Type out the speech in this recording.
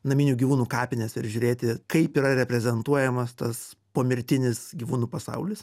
naminių gyvūnų kapines ir žiūrėti kaip yra reprezentuojamas tas pomirtinis gyvūnų pasaulis